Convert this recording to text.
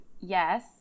yes